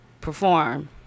perform